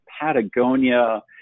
Patagonia